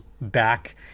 back